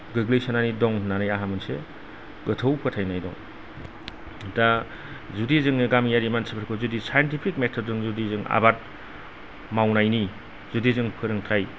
गोग्लैसोनानै दं होन्नानै आंहा मोनसे गोथौ फोथायनाय दं दा जुदि जोङो गामियारि मानसिफोरखौ जुदि सायन्तिफिक मेथदजों जुदि जों आबाद मावनायनि जुदि जों फोरोंथाइ